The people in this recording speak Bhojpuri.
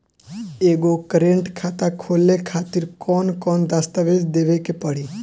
एगो करेंट खाता खोले खातिर कौन कौन दस्तावेज़ देवे के पड़ी?